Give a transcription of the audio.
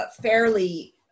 fairly